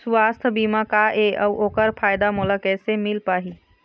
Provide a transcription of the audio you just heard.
सुवास्थ बीमा का ए अउ ओकर फायदा मोला कैसे मिल पाही?